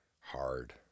hard